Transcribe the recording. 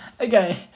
Okay